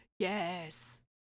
Yes